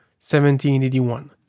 1781